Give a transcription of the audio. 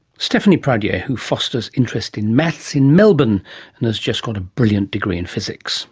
stephanie pradier, who fosters interest in maths in melbourne and has just got a brilliant degree in physics